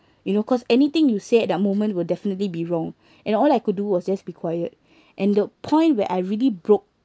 you know cause anything you say at that moment will definitely be wrong and all I could do was just be quiet and the point where I really broke